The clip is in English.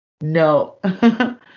no